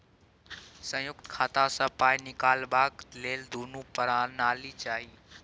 संयुक्त खाता सँ पाय निकलबाक लेल दुनू परानी चाही